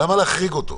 למה להחריג אותו?